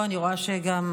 לא, אני רואה שגם,